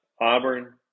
Auburn